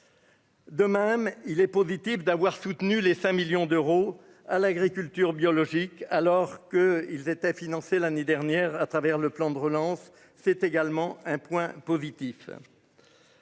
De même, il est positif d'avoir soutenu les 5 millions d'euros à l'agriculture biologique alors que ils étaient financés l'année dernière à travers le plan de relance, c'est également un point positif.